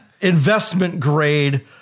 investment-grade